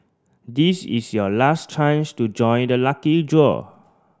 this is your last chance to join the lucky draw